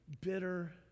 bitter